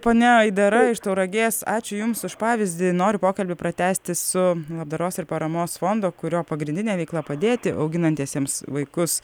ponia aidara iš tauragės ačiū jums už pavyzdį noriu pokalbį pratęsti su labdaros ir paramos fondo kurio pagrindinė veikla padėti auginantiesiems vaikus